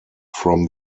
from